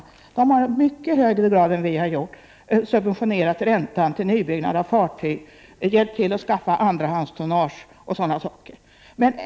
De andra länderna har i mycket högre grad än vi subventionerat räntan på nybyggnad av fartyg och gett stöd till att skaffa andrahandstonnage osv.